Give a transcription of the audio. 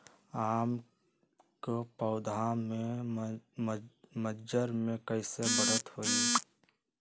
आम क पौधा म मजर म कैसे बढ़त होई?